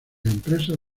empresas